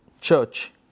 church